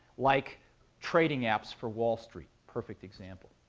like trading apps for wall street, perfect example.